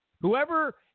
Whoever